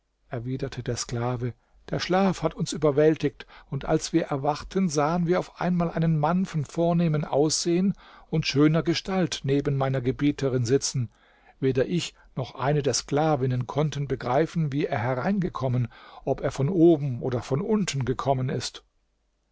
erwiderte der sklave der schlaf hat uns überwältigt und als wir erwachten sahen wir auf einmal einen mann von vornehmem aussehen und schöner gestalt neben meiner gebieterin sitzen weder ich noch eine der sklavinnen konnten begreifen wie er hereingekommen ob er von oben oder von unten gekommen ist